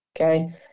Okay